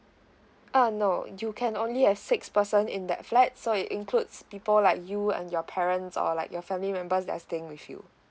uh no you can only have six person in that flat so it includes people like you and your parents or like your family members that are staying with you